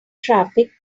traffic